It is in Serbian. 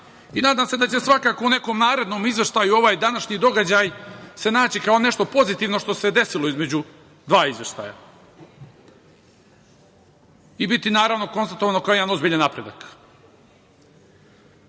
i nadam se da će svakako u nekom narednom izveštaju i ovaj današnji događaj se naći kao nešto pozitivno što se desilo između dva izveštaja, i biti, naravno, konstatovano kao jedan ozbiljan napredak. Sam